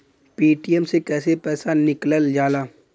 Paytm से कैसे पैसा निकलल जाला?